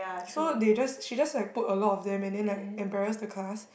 so they just she just like put a lot of them and then like embarrass the class